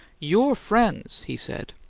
your friends! he said,